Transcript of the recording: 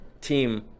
team